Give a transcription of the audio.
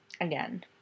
again